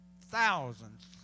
Thousands